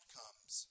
comes